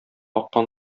аккан